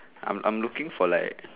I'm I'm looking for like